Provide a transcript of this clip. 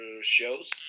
shows